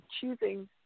choosing